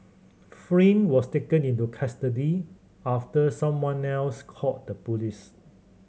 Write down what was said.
Flynn was taken into custody after someone else called the police